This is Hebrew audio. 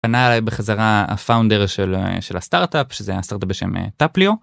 פנה אליי בחזרה הפאונדר של הסטארט-אפ, שזה היה סטארט-אפ בשם "טאפליאו".